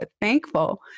thankful